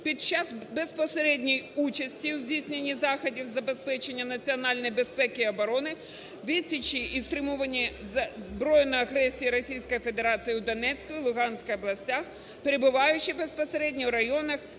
під час безпосередньої участі в здійсненні заходів із забезпечення національної безпеки і оборони, відсічі і стримуванні збройної агресії Російської Федерації у Донецькій і Луганській областях, перебуваючи безпосередньо в районах